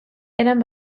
eran